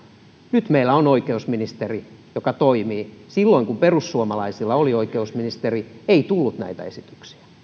nyt meillä on oikeusministeri joka toimii silloin kun perussuomalaisilla oli oikeusministeri ei tullut näitä esityksiä